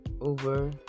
over